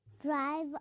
Drive